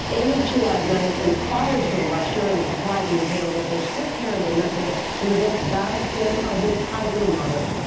amy chua ignited a firestorm by sharing the surprising details of her strict parenting methods in the book battle hymn of the tiger mother.